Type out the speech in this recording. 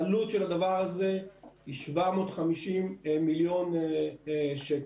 העלות של זה היא 750 מיליון שקלים,